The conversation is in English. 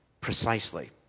precisely